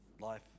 life